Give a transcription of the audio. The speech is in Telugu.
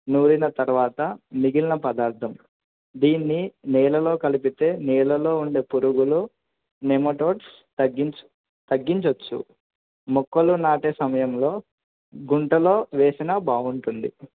నూరిన తర్వాత మిగిలిన పదార్థం దీన్ని నేలలో కలిపితే నేళ్లలో ఉండే పురుగులు నెమటోడ్స్ తగ్గించు తగ్గించొచ్చు మొక్కలు నాటే సమయంలో గుంటలో వేసినా బాగుంటుంది